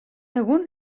egun